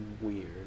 weird